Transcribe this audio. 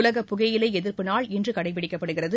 உலக புகையிலை எதிர்ப்பு நாள் இன்று கடைபிடிக்கப்படுகிறது